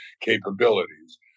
capabilities